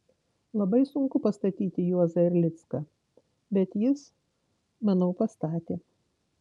labai sunku pastatyti juozą erlicką bet jis manau pastatė